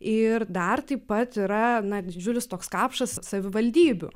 ir dar taip pat yra na didžiulis toks kapšas savivaldybių